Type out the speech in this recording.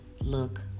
look